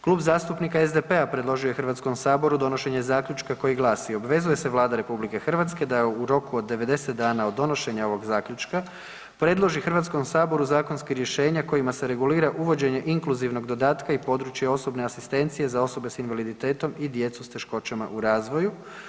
Klub zastupnika SDP-a predložio je HS-u donošenje zaključka koji glasi: Obvezuje se Vlada RH da u roku od 90 dana od donošenja ovog zaključka predloži HS-u zakonska rješenja kojima se regulira uvođenje inkluzivnog dodatka i područja osobne asistencije za osobe s invaliditetom i djecu s teškoćama u razvoju.